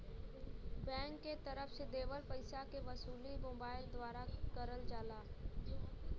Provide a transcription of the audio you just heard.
bank के तरफ से देवल पइसा के वसूली मोबाइल द्वारा करल जाला